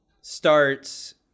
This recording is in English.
starts